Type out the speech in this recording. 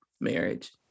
marriage